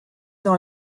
dans